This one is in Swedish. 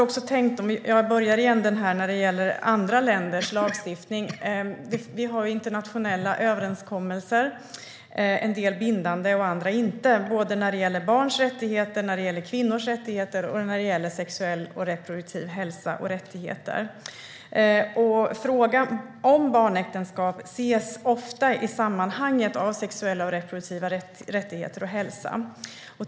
När det gäller andra länders lagstiftning har vi ju internationella överenskommelser, en del bindande och andra inte, om barns rättigheter, kvinnors rättigheter samt sexuell och reproduktiv hälsa. Frågan om barnäktenskap ses ofta i sammanhanget av sexuella och reproduktiva rättigheter och hälsa.